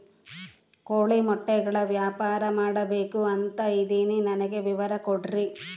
ಕೋಳಿ ಮೊಟ್ಟೆಗಳ ವ್ಯಾಪಾರ ಮಾಡ್ಬೇಕು ಅಂತ ಇದಿನಿ ನನಗೆ ವಿವರ ಕೊಡ್ರಿ?